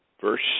verse